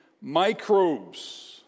microbes